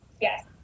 yes